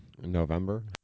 November